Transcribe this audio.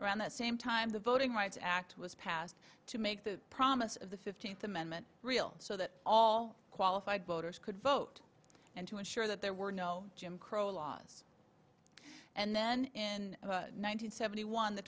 around the same time the voting rights act was passed to make the promise of the fifteenth amendment real so that all qualified voters could vote and to ensure that there were no jim crow laws and then in nine hundred seventy one the